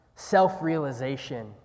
self-realization